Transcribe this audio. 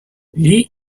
gli